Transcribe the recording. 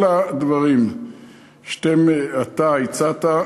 כל הדברים שאתה הצעת,